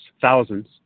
thousands